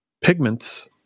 pigments